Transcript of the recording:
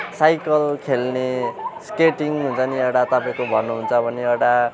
cycle खेल्ने skating हुन्छ नि एउटा तपाईँको भन्नुहुन्छ भने एउटा